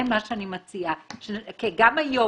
זה מה שאני מציעה כי גם היום,